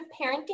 parenting